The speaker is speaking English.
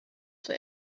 for